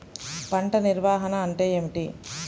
పంట నిర్వాహణ అంటే ఏమిటి?